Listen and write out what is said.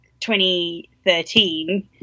2013